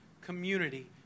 community